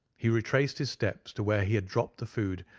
he retraced his steps to where he had dropped the food,